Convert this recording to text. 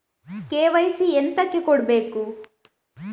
KYC ಎಂತಕೆ ಕೊಡ್ಬೇಕು?